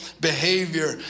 behavior